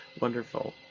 wonderful